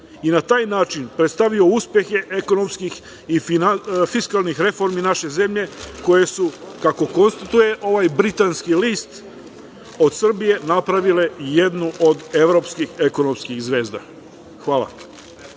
i na taj način predstavio uspehe ekonomskih i fiskalnih reformi naše zemlje, koje su kako konstatuje ovaj britanski list, od Srbije napravile jednu od evropskih ekonomskih zvezda. Hvala.